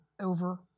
over